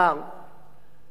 שהיא חשובה מאוד